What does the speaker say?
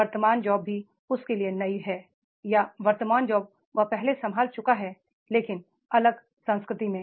वर्तमान जॉब भी उसके लिए नई है या वर्तमान जॉब वह पहले संभाल चुकी है लेकिन अलग संस्कृति में